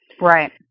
Right